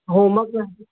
homework न